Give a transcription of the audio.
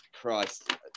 Christ